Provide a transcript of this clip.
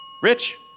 Rich